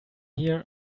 here